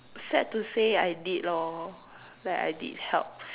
sad to say I did lor like I did help